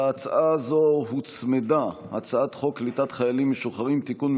להצעה הזאת הוצמדה הצעת חוק קליטת חיילים משוחררים (תיקון,